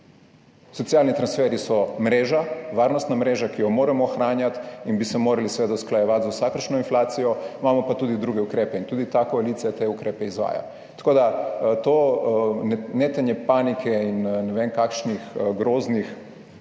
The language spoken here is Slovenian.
Socialni transferji so mreža, varnostna mreža, ki jo moramo ohranjati in bi se morali seveda usklajevati z vsakršno inflacijo. Imamo pa tudi druge ukrepe in ta koalicija tudi te ukrepe izvaja. Tako da je to netenje panike in ne vem kakšnih groznih